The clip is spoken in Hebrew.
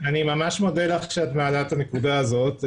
אני ממש מודה לך שאת מעלה את הנקודה הזאת.